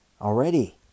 Already